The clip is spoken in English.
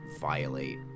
violate